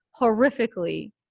horrifically